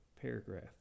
paragraph